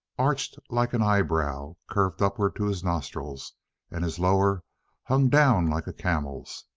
arched like an eyebrow, curved upwards to his nostrils and his lower hung down like a camel's.